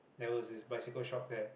there was a bicycle shop there